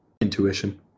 intuition